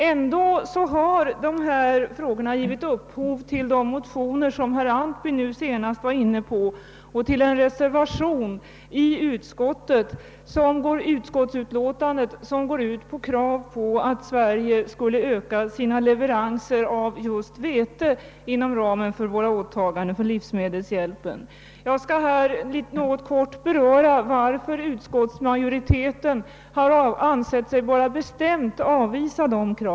Ändå har dessa frågor givit upphov till de motioner som herr Antby nyss talade om samt även till en reservation med krav på att Sverige skall öka sina leveranser av vete inom ramen för våra åtaganden beträffande livsmedelshjälpen. Jag skall kortfattat redogöra för anledningen till att utskottsmajoriteten ansett sig böra bestämt avvisa dessa krav.